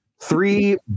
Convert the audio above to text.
Three